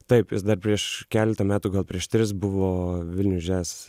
taip jis dar prieš keletą metų gal prieš tris buvo vilnius jazz